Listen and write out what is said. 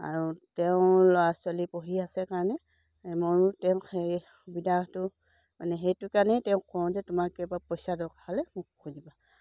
আৰু তেওঁ ল'ৰা ছোৱালী পঢ়ি আছে কাৰণে ময়ো তেওঁক সেই সুবিধাটো মানে সেইটো কাৰণেই তেওঁক কওঁ যে তোমাক কিবা পইচা দৰকাৰ হ'লে মোক খুজিবা